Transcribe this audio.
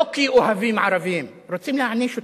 לא כי אוהבים ערבים, רוצים להעניש אותם.